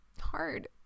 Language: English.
Hard